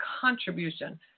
contribution